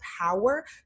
power